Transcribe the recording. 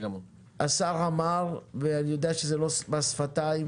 השר אמר, ואני יודע שזה לא מס שפתיים